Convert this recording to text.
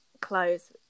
clothes